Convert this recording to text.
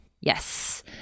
Yes